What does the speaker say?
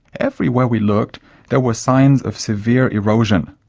everywhere we looked there were signs of severe erosion.